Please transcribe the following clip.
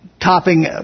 topping